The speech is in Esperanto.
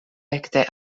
ekde